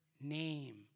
name